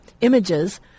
images